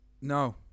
no